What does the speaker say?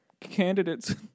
candidates